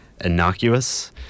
innocuous